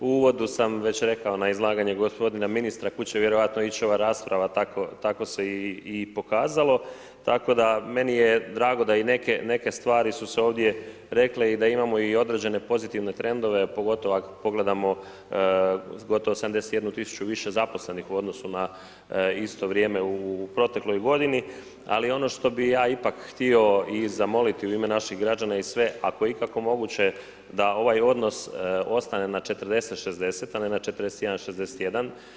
U uvodu sam već rekao, na izlaganje gospodina ministra kud će vjerojatno ići ova rasprava tako se i pokazalo, tako da meni je drago da i neke stvari su se ovdje rekle i da imamo i određene pozitivne trendove, pogotovo ako pogledamo gotovo 71 000 i više zaposlenih u odnosu na isto vrijeme u protekloj godini, ali ono što bih ja ipak htio i zamoliti u ime naših građana i sve, ako je ikako moguće da ovaj odnos ostane na 40:60, a ne na 41:61.